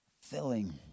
filling